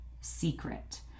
secret